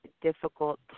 difficult